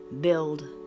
Build